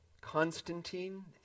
Constantine